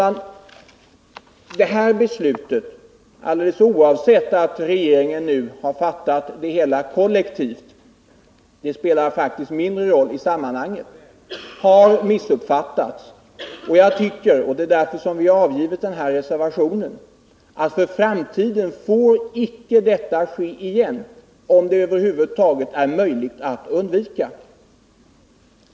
Det nu aktuella regeringsbeslutet — alldeles oavsett att regeringen har fattat det kollektivt, för det spelar mindre roll i sammanhanget — har missuppfattats utomlands. Jag tycker därför, vilket också är anledningen till att reservationen har avgivits, att ett sådant här förfarande icke får upprepas i framtiden om det är möjligt att undvika.